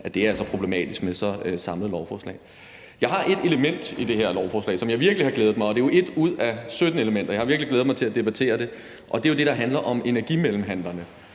at det er problematisk med så samlede lovforslag. Der er et element i det her lovforslag, som jeg virkelig har glædet mig til at debattere. Det er jo 1 ud af 17 elementer. Det er det, der handler om energimellemhandlerne